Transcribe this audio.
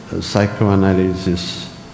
psychoanalysis